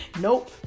Nope